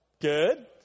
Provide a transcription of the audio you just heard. Good